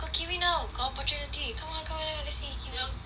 got kiwi now got opportunity come eh come eh let's eat